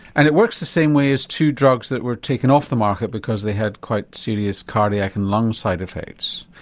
and it works the same way as two drugs that were taken off the market because they had quite serious cardiac and lung side effects,